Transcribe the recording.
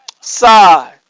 side